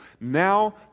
Now